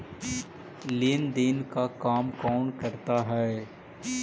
लेन देन का काम कौन करता है?